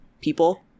people